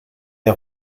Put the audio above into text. die